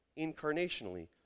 incarnationally